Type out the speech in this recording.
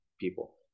people